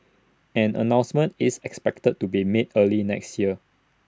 an announcement is expected to be made early next year